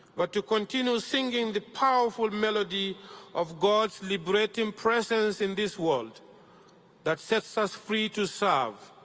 but to continue singing the powerful melody of god's liberating presence in this world that sets us free to serve,